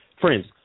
Friends